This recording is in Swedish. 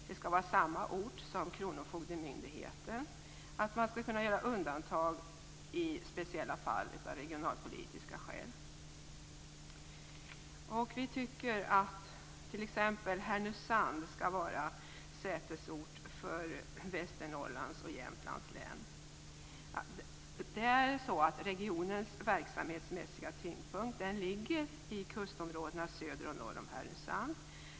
Det skall vara samma ort där kronofogdemyndigheten finns, men man skall kunna göra undantag i speciella fall av regionalpolitiska skäl. Vi tycker t.ex. att Härnösand skall vara sätesort för Västernorrlands och Jämtlands län. Regionens verksamhetsmässiga tyngdpunkt ligger i kustområdena söder och norr om Härnösand.